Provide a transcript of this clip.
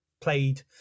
played